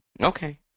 Okay